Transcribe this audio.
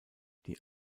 die